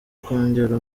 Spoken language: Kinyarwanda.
kongera